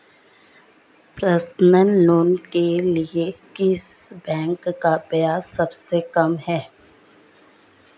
Personal loan के लिए किस बैंक का ब्याज सबसे कम है?